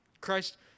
Christ